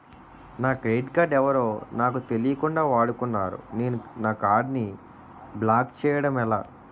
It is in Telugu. నా క్రెడిట్ కార్డ్ ఎవరో నాకు తెలియకుండా వాడుకున్నారు నేను నా కార్డ్ ని బ్లాక్ చేయడం ఎలా?